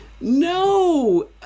No